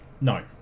No